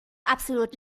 absolut